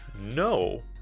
No